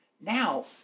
Now